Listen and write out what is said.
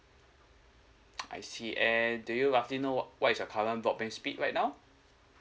I see and do you roughly know wh~ what is your current broadband speed right now